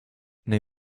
nei